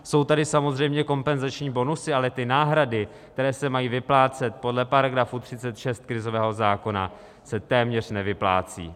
Jsou tady samozřejmě kompenzační bonusy, ale ty náhrady, které se mají vyplácet podle § 36 krizového zákona, se téměř nevyplácí.